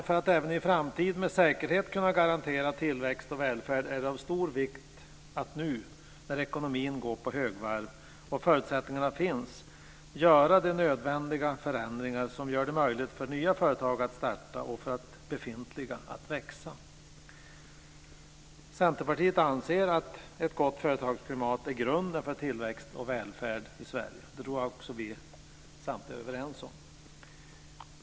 För att även i framtiden med säkerhet kunna garantera tillväxt och välfärd är det av stor vikt att nu när ekonomin går på högvarv och förutsättningarna finns göra de nödvändiga förändringar som gör det möjligt för nya företag att starta och befintliga att växa. Centerpartiet anser att ett gott företagsklimat är grunden för tillväxt och välfärd i Sverige. Det tror jag att vi samtliga är överens om.